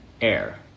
air